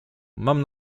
mam